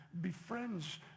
befriends